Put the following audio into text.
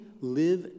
live